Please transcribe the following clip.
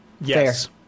Yes